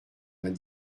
vingt